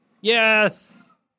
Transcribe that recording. Yes